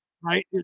Right